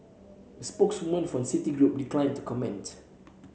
a spokeswoman for Citigroup declined to comment